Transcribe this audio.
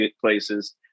places